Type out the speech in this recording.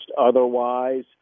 otherwise